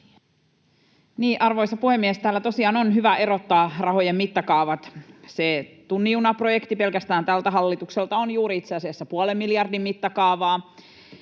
Arvoisa puhemies! Täällä tosiaan on hyvä erottaa rahojen mittakaavat. Se tunnin juna ‑projekti pelkästään tältä hallitukselta on itse asiassa juuri puolen miljardin mittakaavaa,